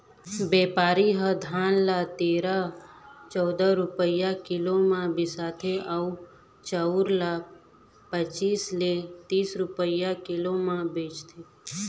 बेपारी ह धान ल तेरा, चउदा रूपिया किलो म बिसाथे अउ चउर ल पचीस ले तीस रूपिया किलो म बेचथे